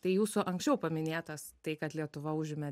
tai jūsų anksčiau paminėtas tai kad lietuva užėmė